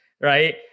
Right